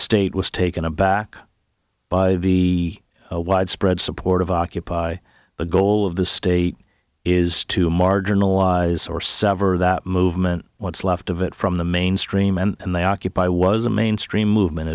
state was taken aback by v widespread support of occupy the goal of the state is to marginalize or sever that movement what's left of it from the mainstream and they occupy was a mainstream movement